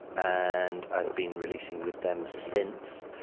and i've been releasing with them since.